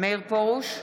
מאיר פרוש,